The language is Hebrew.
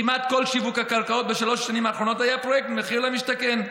כמעט כל שיווק הקרקעות בשלוש השנים האחרונות היה פרויקט מחיר למשתכן.